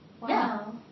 Wow